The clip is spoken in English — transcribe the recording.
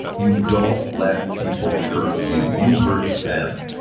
you don't let people hurt you, you hurt them.